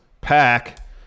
Pack